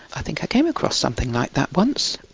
i think i came across something like that once.